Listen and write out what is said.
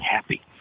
happy